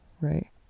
right